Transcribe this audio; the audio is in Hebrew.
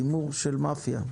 בהימור של מאפיה.